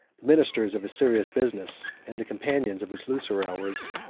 the ministers of his serious business, and the companions of his looser hours,